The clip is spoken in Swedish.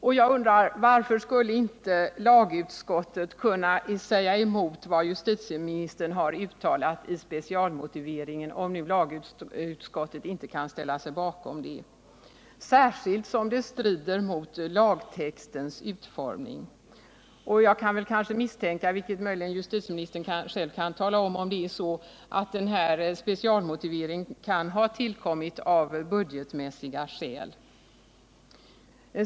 Jag vill fråga: Varför skulle inte lagutskottet kunna gå emot vad justitieministern har uttalat i specialmotiveringen, om lagutskottet inte kan ställa sig bakom detta — särskilt som det strider mot lagtextens utformning? Jag kan kanske misstänka — möjligen kan justitieministern själv tala om huruvida det är riktigt attdenna — Nr 53 specialmotivering har tillkommit av budgetmässiga skäl.